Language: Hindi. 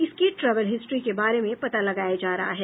इसकी ट्रैवल हिस्ट्री के बारे में पता लगाया जा रहा है